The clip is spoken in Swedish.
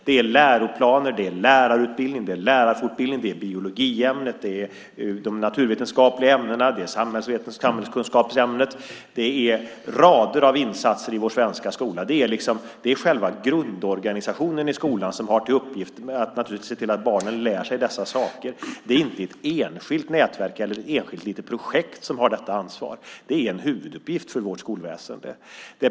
Det är fråga om läroplaner, lärarutbildning, lärarfortbildning, biologiämnet, de naturvetenskapliga ämnena, samhällskunskapsämnet och rader av insatser i vår svenska skola. Det är själva grundorganisationen i skolan som har till uppgift att se till att barnen lär sig dessa saker. Det är inte ett enskilt nätverk eller ett enskilt projekt som har detta ansvar utan det är en huvuduppgift för vårt skolväsen.